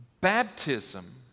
baptism